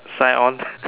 sign on